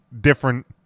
different